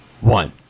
one